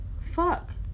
Fuck